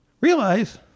realize